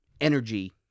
energy